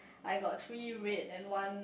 I got three red and one